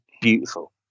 beautiful